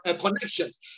connections